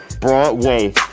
Broadway